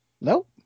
Nope